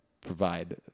provide